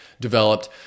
developed